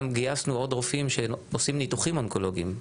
גם גייסנו עוד רופאים שעושים ניתוחים אונקולוגים,